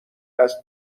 است